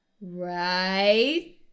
Right